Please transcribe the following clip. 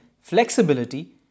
flexibility